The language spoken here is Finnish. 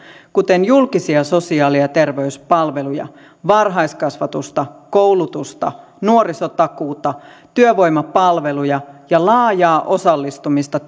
kuten julkisia sosiaali ja terveyspalveluja varhaiskasvatusta koulutusta nuorisotakuuta työvoimapalveluja ja laajaa osallistumista